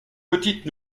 petite